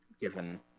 given